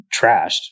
trashed